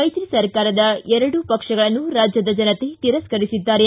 ಮೈತ್ರಿ ಸಕಾರದ ಎರಡೂ ಪಕ್ಷಗಳನ್ನೂ ರಾಜ್ಯದ ಜನತೆ ತಿರಸ್ತರಿಸಿದ್ದಾರೆ